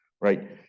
right